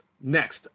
Next